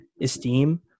esteem